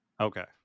Okay